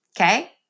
Okay